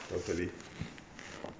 totally